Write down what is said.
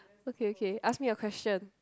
okay okay ask me a question